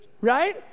right